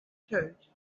church